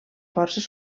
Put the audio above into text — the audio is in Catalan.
forces